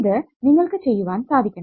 ഇത് നിങ്ങൾക്ക് ചെയ്യുവാൻ സാധിക്കണം